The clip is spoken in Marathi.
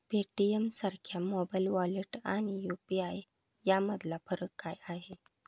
पेटीएमसारख्या मोबाइल वॉलेट आणि यु.पी.आय यामधला फरक काय आहे?